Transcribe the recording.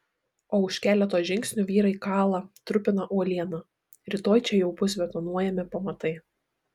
o už keleto žingsnių vyrai kala trupina uolieną rytoj čia jau bus betonuojami pamatai